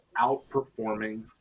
outperforming